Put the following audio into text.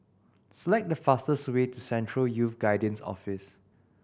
select the fastest way to Central Youth Guidance Office